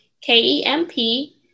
K-E-M-P